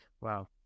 Wow